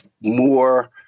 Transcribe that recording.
more